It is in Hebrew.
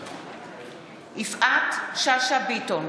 מתחייבת אני יפעת שאשא ביטון,